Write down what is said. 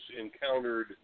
encountered